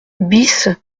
bis